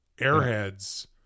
Airheads